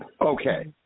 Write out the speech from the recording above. Okay